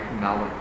Knowledge